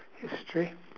history